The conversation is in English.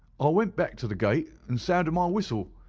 i went back to the gate and sounded my whistle.